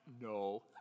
No